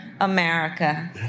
America